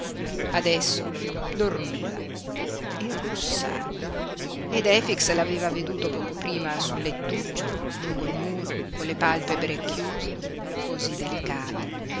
adesso dormiva e russava ed efix l'aveva veduto poco prima sul lettuccio lungo il muro con le palpebre chiuse cosí delicate